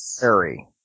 Harry